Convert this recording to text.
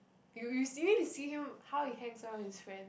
you you see you see him how he hangs out with his friends